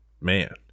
man